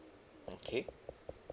okay